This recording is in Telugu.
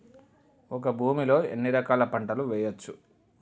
ఒక భూమి లో ఎన్ని రకాల పంటలు వేయచ్చు?